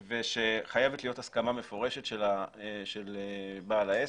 ושחייבת להיות הסכמה מפורשת של בעל העסק,